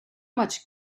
much